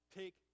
take